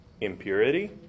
impurity